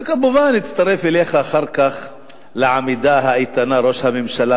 וכמובן הצטרף אליך אחר כך לעמידה האיתנה ראש הממשלה,